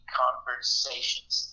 conversations